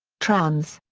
trans.